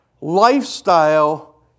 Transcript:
Lifestyle